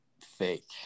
fake